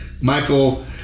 Michael